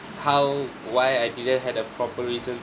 how why I didn't had a proper reason